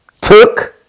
took